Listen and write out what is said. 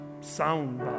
sound